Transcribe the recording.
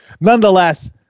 nonetheless